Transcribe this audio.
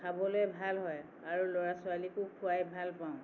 খাবলে ভাল হয় আৰু ল'ৰা ছোৱালীকো খোৱাই ভাল পাওঁ